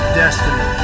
destiny